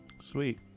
sweet